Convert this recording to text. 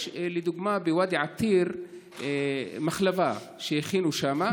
יש, לדוגמה, בוואדי עתיר מחלבה שהכינו שם.